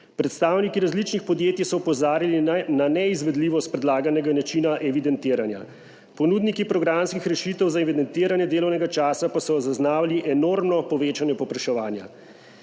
Predstavniki različnih podjetij so opozarjali na neizvedljivost predlaganega načina evidentiranja. Ponudniki programskih rešitev za evidentiranje delovnega časa pa so zaznavali enormno povečanje povpraševanja.